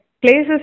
places